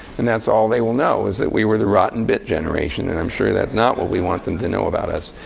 and that's all they will know, is that we were the rotten bit generation. and i'm sure that's not what we want them to know about us.